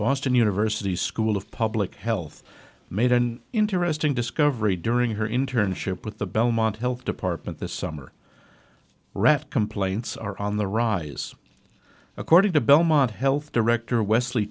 boston university's school of public health made an interesting discovery during her internship with the belmont health department this summer raft complaints are on the rise according to belmont health director wesley